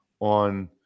on